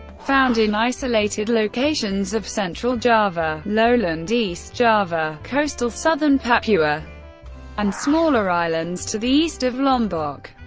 found in isolated locations of central java, lowland east java, coastal southern papua and smaller islands to the east of lombok.